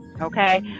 okay